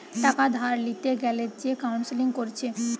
টাকা ধার লিতে গ্যালে যে কাউন্সেলিং কোরছে